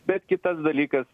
bet kitas dalykas